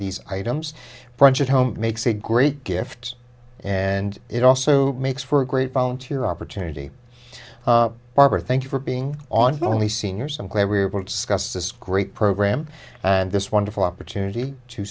these items from that home makes a great gift and it also makes for a great volunteer opportunity barbara thank you for being on the only seniors i'm glad we're able to discuss this great program and this wonderful opportunity to